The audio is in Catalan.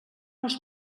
els